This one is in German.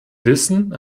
wissen